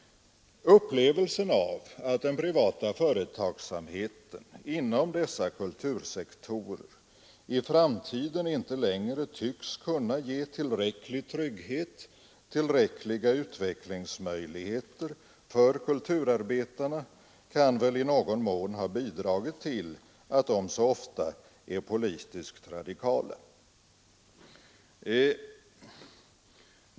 Upplevelsen av att den privata företagsamheten inom dessa kultursektorer i framtiden inte längre tycks kunna ge tillräcklig trygghet och tillräckliga utvecklingsmöjligheter för kulturarbetarna kan väl i någon mån ha bidragit till att de så ofta är politiskt radikala.